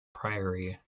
priory